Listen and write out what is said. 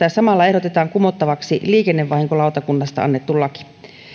ja samalla ehdotetaan kumottavaksi liikennevahinkolautakunnasta annettu laki